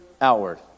outward